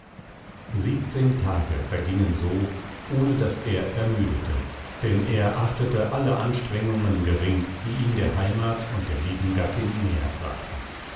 siebzehn tage vergingen so ohne daß er ermüdete denn er achtete alle anstrengungen gering die ihn der heimat und der lieben gattin